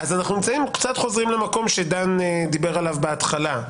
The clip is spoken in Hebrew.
אז אנחנו קצת חוזרים למקום שדני דיבר עליו בהתחלה.